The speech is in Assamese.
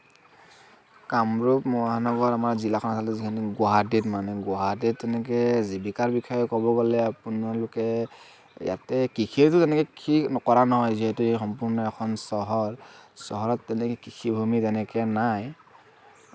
কামৰূপ মহানগৰ আমাৰ জিলাখন যিহেতু গুৱাহাটীত মানে গুৱাহাটীত তেনেকৈ জীৱিকাৰ বিষয়ে ক'বলৈ গ'লে আপোনালোকে ইয়াতে কৃষি কৰা নহয় যিহেতু ই সম্পূৰ্ণ এখন চহৰ চহৰত তেনেকৈ কৃষিভূমি তেনেকৈ নাই